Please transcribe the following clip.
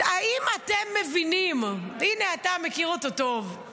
האם אתם מבינים, הינה, אתה מכיר אותו טוב.